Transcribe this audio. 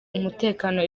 umutekano